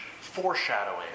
foreshadowing